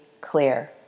clear